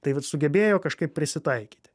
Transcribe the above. taip vat sugebėjo kažkaip prisitaikyti